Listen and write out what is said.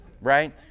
Right